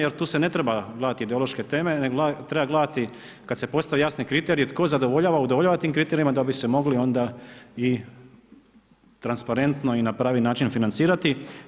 Jer tu se ne treba gledati ideološke teme nego treba gledati kada se postave jasni kriteriji tko zadovoljava, udovoljava tim kriterijima da di se mogli onda i transparentno i na pravi način financirati.